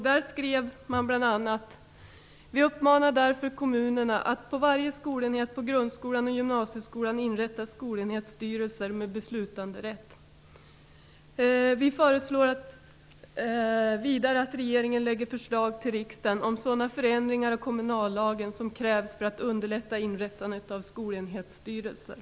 Där skrev man bl.a.: Vi uppmanar därför kommunerna att på varje skolenhet på grundskolan och gymnasieskolan inrätta skolenhetsstyrelser med beslutanderätt. Vi föreslår vidare att regeringen lägger förslag till riksdagen om sådana förändringar av kommunallagen som krävs för att underlätta inrättandet av skolenhetsstyrelser.